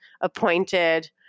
appointed